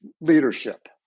Leadership